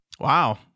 Wow